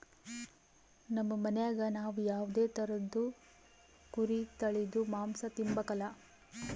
ನಮ್ ಮನ್ಯಾಗ ನಾವ್ ಯಾವ್ದೇ ತರುದ್ ಕುರಿ ತಳೀದು ಮಾಂಸ ತಿಂಬಕಲ